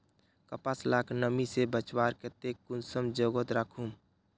कपास लाक नमी से बचवार केते कुंसम जोगोत राखुम?